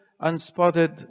unspotted